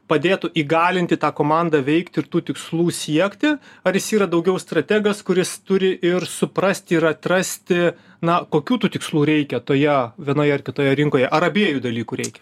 padėtų įgalinti tą komandą veikti ir tų tikslų siekti ar jis yra daugiau strategas kuris turi ir suprasti ir atrasti na kokių tų tikslų reikia toje vienoje ar kitoje rinkoje ar abiejų dalykų reikia